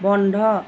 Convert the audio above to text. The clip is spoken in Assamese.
বন্ধ